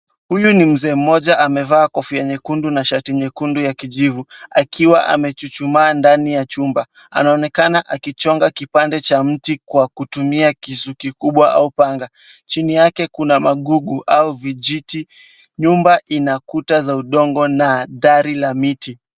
Huyu ni mzee mmoja amevaa kofia nyekundu na shati nyekundu ya kijivu akiwa amechuchumaa ndani ya chumba. Anaonekana akichonga kipande cha mti kwa kutumia kisu kikubwa au panga. Chini yake kuna magugu au vijiti. Nyumba ina kuta za udongo na dari la miti.